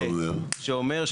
שאומר?